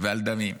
ועל דמים.